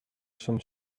some